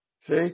See